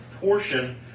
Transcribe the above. portion